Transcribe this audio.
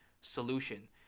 solution